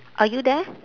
are you there